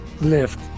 lift